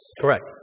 Correct